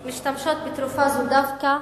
משתמשות בתרופה זו דווקא,